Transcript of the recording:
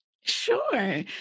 Sure